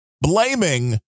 blaming